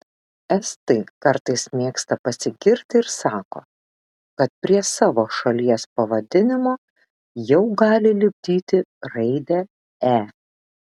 estai kartais mėgsta pasigirti ir sako kad prie savo šalies pavadinimo jau gali lipdyti raidę e